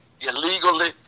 illegally